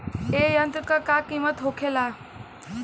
ए यंत्र का कीमत का होखेला?